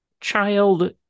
child